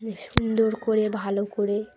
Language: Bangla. সুন্দর করে ভালো করে